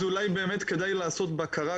אז אולי כדאי לעשות בקרה,